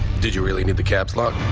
did you really need the caps lock.